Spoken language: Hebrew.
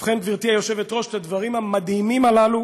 ובכן, גברתי היושבת-ראש, את הדברים המדהימים הללו